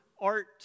art